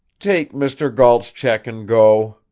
take mr. gault's check and go,